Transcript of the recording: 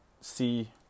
see